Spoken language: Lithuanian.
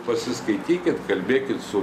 pasiskaitykit kalbėkit su